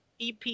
EP